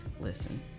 Listen